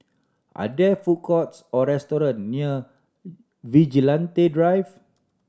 are there food courts or restaurant near Vigilante Drive